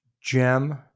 gem